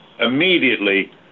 immediately